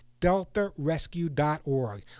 deltarescue.org